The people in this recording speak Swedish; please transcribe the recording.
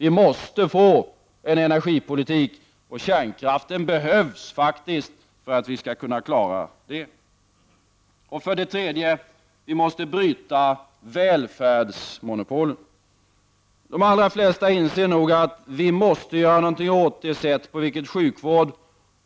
Vi måste få en energipolitik, och kärnkraften behövs för att vi skall kunna klara det. För det tredje: Vi måste bryta välfärdsmonopolen. De allra flesta inser nog att vi måste göra någonting åt de sätt på vilket sjukvård